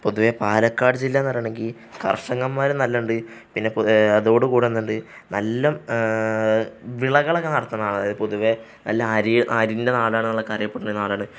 പൊതുവെ പാലക്കാട് ജില്ലയെന്ന് പറയുകയാണെങ്കില് കർഷകന്മാരും നല്ലവണ്ണമുണ്ട് പിന്നെ അതോടുകൂടി എന്തുണ്ട് നല്ല വിളകളൊക്കെ അതായത് പൊതുവെ നല്ല അരി അരിയുടെ നാടാണെന്ന് അറിയപ്പെടുന്നൊരു നാടാണ്